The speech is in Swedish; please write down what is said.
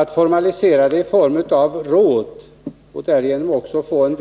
Att formalisera inflytandet genom inrättande av råd och därigenom också få en